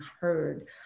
heard